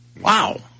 Wow